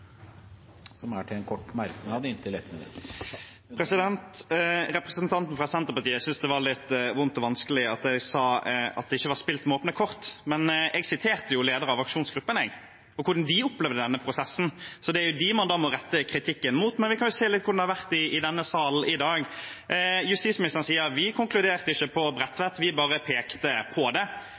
til en kort merknad, begrenset til 1 minutt. Representanten fra Senterpartiet syntes det var litt vondt og vanskelig at jeg sa at det ikke var spilt med åpne kort, men jeg siterte jo lederen av aksjonsgruppen på hvordan de opplevde denne prosessen. Det er jo dem man da må rette kritikken mot, men vi kan jo se litt på hvordan det har vært i denne salen i dag. Justisministeren sier: Vi konkluderte ikke på Bredtvet, vi bare pekte på det.